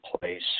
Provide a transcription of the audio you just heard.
place